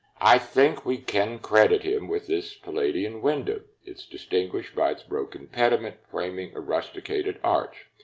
i think we can credit him with this palladian window. it's distinguished by its broken pediment framing a rusticated arch.